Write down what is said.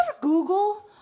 Google